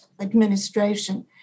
administration